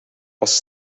als